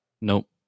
Nope